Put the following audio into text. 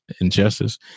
injustice